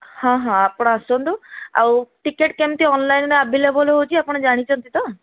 ହଁ ହଁ ଆପଣ ଆସନ୍ତୁ ଆଉ ଟିକେଟ କେମିତି ଅନଲାଇନରେ ଆଭେଲେବୁଲ ହୋଉଛି ଆପଣ ଜାଣିଛନ୍ତି ତ